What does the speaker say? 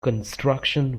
construction